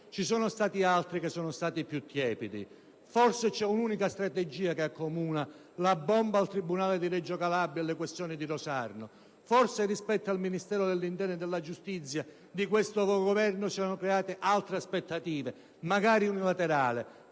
'ndrangheta". Altri sono stati più tiepidi. Forse c'è un'unica strategia che accomuna la bomba al tribunale di Reggio Calabria alle questioni di Rosarno. Forse presso i Ministeri dell'interno e della giustizia di questo Governo si erano create altre aspettative, magari unilaterali,